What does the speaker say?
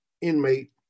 inmate